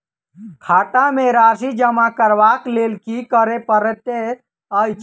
खाता मे राशि जमा करबाक लेल की करै पड़तै अछि?